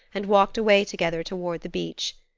and walked away together toward the beach.